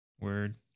word